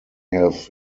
have